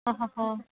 ಹಾಂ ಹಾಂ ಹಾಂ